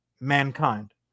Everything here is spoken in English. mankind